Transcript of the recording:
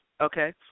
okay